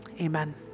Amen